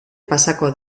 pasako